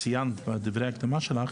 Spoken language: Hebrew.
ציינת בדברי ההקדמה שלך,